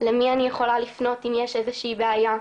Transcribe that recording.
למי אני יכולה לפנות אם יש איזו שהיא בעיה.